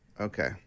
Okay